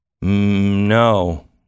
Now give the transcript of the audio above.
No